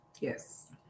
Yes